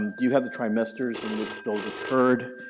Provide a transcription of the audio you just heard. um do you have the trimesters in which those occurred?